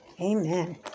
Amen